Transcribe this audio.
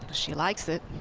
she likes it.